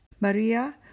Maria